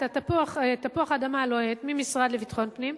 את תפוח האדמה הלוהט מהמשרד לביטחון פנים,